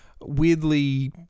weirdly